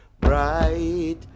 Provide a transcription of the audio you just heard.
bright